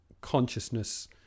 consciousness